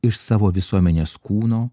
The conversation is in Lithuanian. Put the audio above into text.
iš savo visuomenės kūno